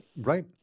right